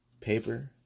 paper